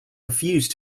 refuse